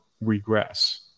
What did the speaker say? regress